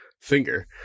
finger